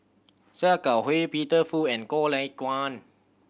Sia Kah Hui Peter Fu and Goh Lay Kuan